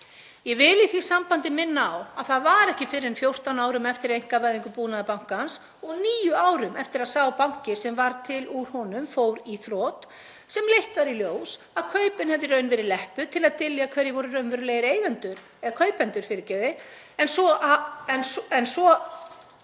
Ég vil í því sambandi minna á að það var ekki fyrr en 14 árum eftir einkavæðingu Búnaðarbankans og níu árum eftir að sá banki sem varð til úr honum fór í þrot sem leitt var í ljós að kaupin hefðu í raun verið leppur til að dylja hverjir voru raunverulegir kaupendur en svo